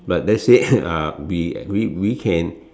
but let's say uh we we we can